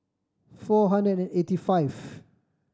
four hundred and eighty five